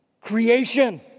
creation